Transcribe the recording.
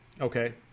Okay